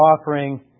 offering